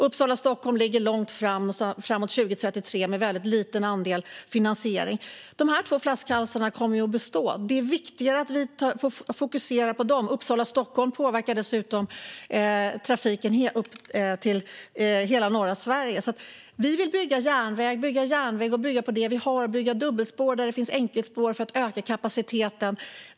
Uppsala-Stockholm ligger långt fram i tiden, framåt 2033, med en väldigt liten andel av finansieringen klar. Dessa flaskhalsar kommer att bestå. De är viktiga att fokusera på. Uppsala-Stockholm påverkar dessutom trafiken i hela norra Sverige. Vi vill bygga järnväg, bygga vidare på det som finns och bygga dubbelspår där det finns enkelspår för att öka kapaciteten.